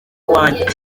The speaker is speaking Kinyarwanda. wanjye